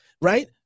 Right